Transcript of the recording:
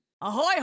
Ahoy